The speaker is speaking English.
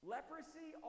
Leprosy